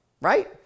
Right